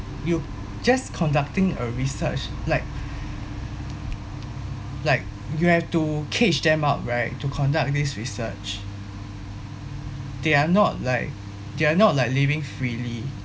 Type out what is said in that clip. you just conducting a research like like you have to cage them up right to conduct this research they are not like they're not like living freely